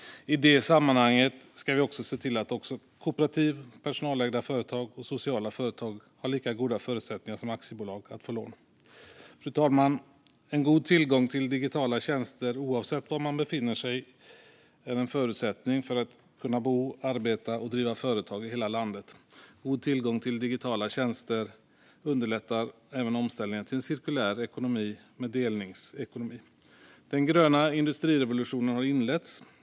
I det sammanhanget ska vi också se till att även kooperativ, personalägda företag och sociala företag har lika goda förutsättningar som aktiebolag att få lån. Fru talman! God tillgång till digitala tjänster oavsett var man befinner sig är en förutsättning för att kunna bo, arbeta och driva företag i hela landet. God tillgång till digitala tjänster underlättar även omställningen till en cirkulär ekonomi med delningsekonomi. Den gröna industrirevolutionen har inletts.